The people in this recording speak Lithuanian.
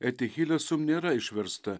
etichilė sum nėra išversta